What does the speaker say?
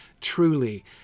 Truly